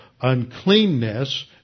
uncleanness